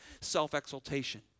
self-exaltation